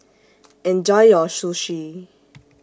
Enjoy your Sushi